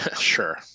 Sure